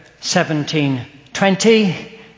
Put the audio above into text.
1720